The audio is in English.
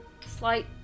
Slight